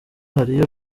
hariyo